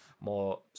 more